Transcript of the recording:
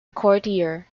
courtier